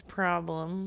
problem